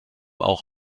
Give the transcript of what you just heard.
auch